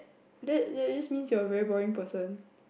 that that just means you are a very boring person